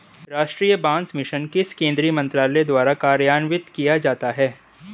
राष्ट्रीय बांस मिशन किस केंद्रीय मंत्रालय द्वारा कार्यान्वित किया जाता है?